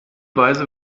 weise